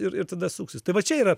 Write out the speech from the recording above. ir ir tada suksis tai va čia yra